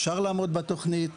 אפשר לעמוד בתוכנית.